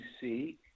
see